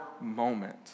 moment